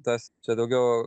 tas čia daugiau